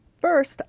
First